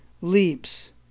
leaps